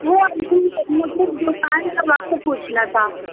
وہ آنٹی مجھے دوکان کا راستہ پوچھنا تھا